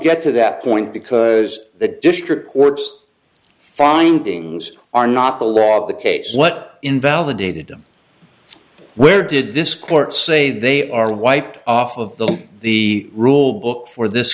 get to that point because the district court's findings are not the law the case what invalidated them where did this court say they are wiped off of the the rule book for this